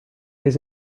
les